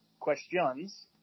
Questions